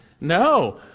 No